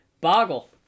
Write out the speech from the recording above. boggle